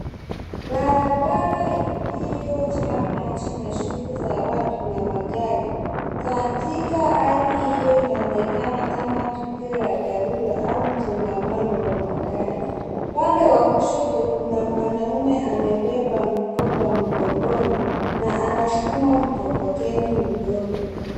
Barabara iliyo jaa maji na shughuli za watu na magari. Katika hali hiyo, inaonekana kama tukio la dharura au msongamano wa magari. Upande wa kushoto, kuna mwanaume amebeba mkoba mgongoni na anasukuma mkokoteni mdogo.